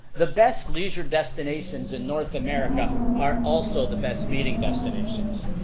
the best leisure destinations in north america are also the best meeting destinations.